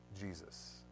Jesus